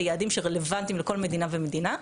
ליעדים שרלוונטיים לכל מדינה ומדינה,